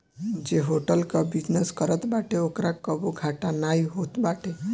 जे होटल कअ बिजनेस करत बाटे ओकरा कबो घाटा नाइ होत बाटे